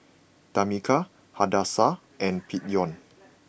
Tamika Hadassah and Peyton